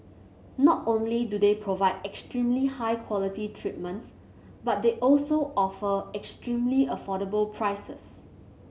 not only do they provide extremely high quality treatments but they also offer extremely affordable prices